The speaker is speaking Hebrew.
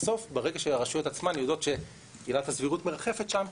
בסוף ברגע שהרשויות עצמן יודעות שעילת הסבירות מרחפת שם,